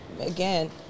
again